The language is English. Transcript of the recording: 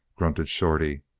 grunted shorty.